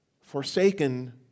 forsaken